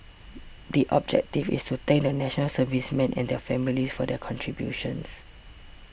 the objective is to thank the National Servicemen and their families for their contributions